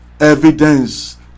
Evidence